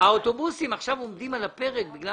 האוטובוסים עכשיו עומדים על הפרק בגלל